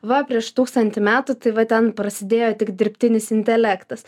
va prieš tūkstantį metų tai va ten prasidėjo tik dirbtinis intelektas